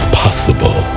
possible